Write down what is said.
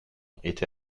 étaient